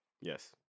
Yes